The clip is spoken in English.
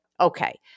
Okay